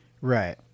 right